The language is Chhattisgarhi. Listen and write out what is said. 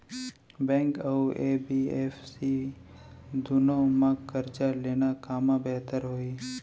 बैंक अऊ एन.बी.एफ.सी दूनो मा करजा लेना कामा बेहतर होही?